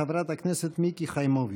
חברת הכנסת מיקי חיימוביץ'.